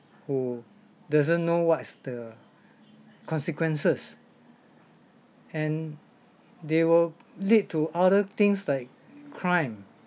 who doesn't know what's the consequences and they will lead to other things like crime